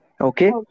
Okay